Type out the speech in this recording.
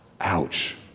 Ouch